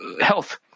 health